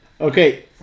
Okay